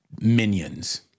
minions